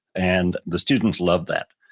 and the students love that.